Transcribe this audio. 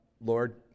Lord